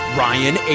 ryan